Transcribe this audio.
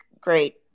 great